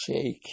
shake